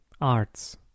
arts